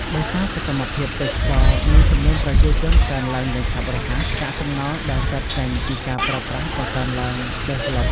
ដោយសារសកម្មភាពទេសចរណ៍ និងចំនួនប្រជាជនកើនឡើងយ៉ាងឆាប់រហ័ស កាកសំណល់ដែលកើតចេញពីការប្រើប្រាស់ក៏កើនឡើងលើសលប់។